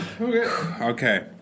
Okay